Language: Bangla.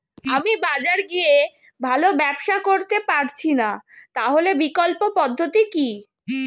আমি বাজারে গিয়ে ভালো ব্যবসা করতে পারছি না তাহলে বিকল্প পদ্ধতি কি?